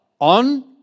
On